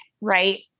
right